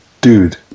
dude